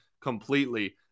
completely